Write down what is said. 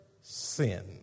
sin